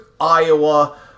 iowa